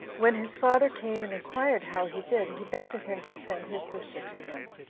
when his father came, and inquired how he did, he begged of him to send his sister to him.